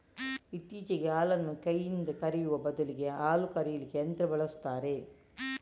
ಇತ್ತೀಚೆಗೆ ಹಾಲನ್ನ ಕೈನಿಂದ ಕರೆಯುವ ಬದಲಿಗೆ ಹಾಲು ಕರೀಲಿಕ್ಕೆ ಯಂತ್ರ ಬಳಸ್ತಾರೆ